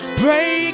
break